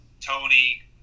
Tony